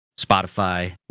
spotify